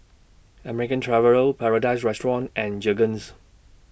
American Traveller Paradise Restaurant and Jergens